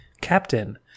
Captain